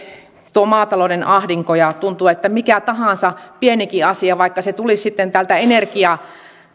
tuo maatalouden ahdinko ja tuntuu että mikä tahansa pienikin asia vaikka se tulisi sitten täältä